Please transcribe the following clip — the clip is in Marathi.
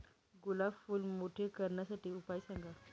गुलाब फूल मोठे करण्यासाठी उपाय सांगा?